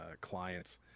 clients